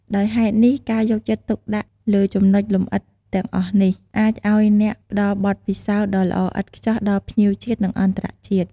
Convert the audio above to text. ដោយហេតុនេះការយកចិត្តទុកដាក់លើចំណុចលម្អិតទាំងអស់នេះ អាចឱ្យអ្នកផ្តល់បទពិសោធន៍ដ៏ល្អឥតខ្ចោះដល់ភ្ញៀវជាតិនិងអន្តរជាតិ។